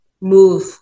move